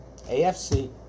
AFC